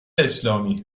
اسلامی